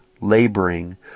laboring